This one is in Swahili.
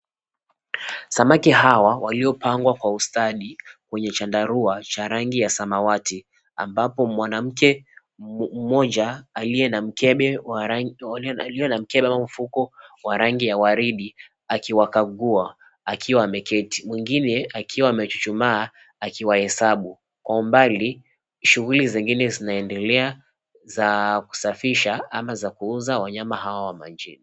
Samaki hawa waliopangwa kwa ustadi kwenye chandarua cha rangi ya samawati ambapo mwanamke mmoja aliye na mkebe ama mfuko wa rangi ya waridi akiwakagua akiwa ameketi. Mwingine amechuchuma akiwahesabu. Kwa umbali, shughuli zingine zinaendelea za kuwasafisha au kuwauza wanyama hawa wa majini.